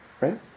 right